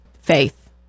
faith